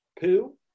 poo